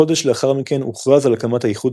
חודש לאחר מכן הוכרז על הקמת האיחוד